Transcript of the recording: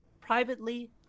privately